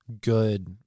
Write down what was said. good